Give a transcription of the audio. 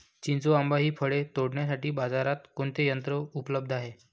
चिंच व आंबा हि फळे तोडण्यासाठी बाजारात कोणते यंत्र उपलब्ध आहे?